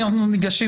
לחודשיים.